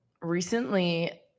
Recently